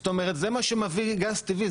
זאת אומרת זה מה שמביא גז טבעי,